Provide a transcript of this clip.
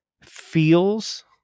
feels